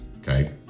Okay